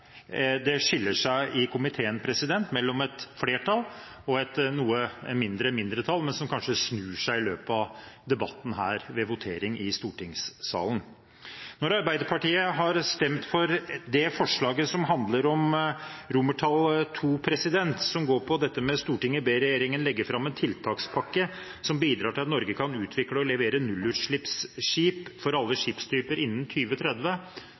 komiteen skiller seg i et flertall og et mindretall – som er noe mindre, men som kanskje snur i løpet av denne debatten foran votering i stortingssalen. Når Arbeiderpartiet stemmer for det forslaget som inngår i II, dette med at «Stortinget ber regjeringen legge frem en tiltakspakke som bidrar til at Norge kan utvikle og levere nullutslippsskip for alle skipstyper innen